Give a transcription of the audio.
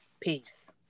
peace